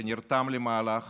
שנרתם למהלך